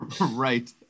Right